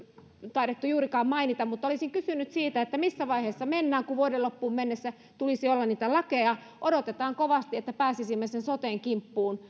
taidettu juurikaan mainita mutta olisin kysynyt siitä missä vaiheessa mennään kun vuoden loppuun mennessä tulisi olla niitä lakeja odotamme kovasti että pääsisimme sen soten kimppuun